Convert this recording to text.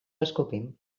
escopim